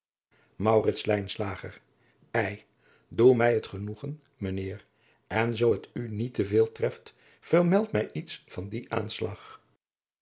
ei doe mij het genoegen mijn heer en zoo het u niet te veel treft vermeld mij iets van dien aanslag